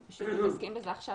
אנחנו פשוט עוסקים בזה עכשיו,